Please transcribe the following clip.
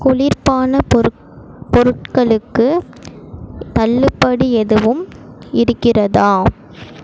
குளிர்பான பொருட் பொருட்களுக்கு தள்ளுபடி எதுவும் இருக்கிறதா